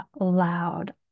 loud